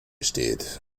steht